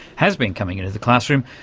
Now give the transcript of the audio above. has been coming into the classroom,